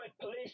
police